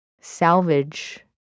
salvage